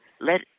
let